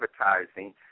Advertising